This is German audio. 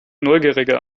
neugierige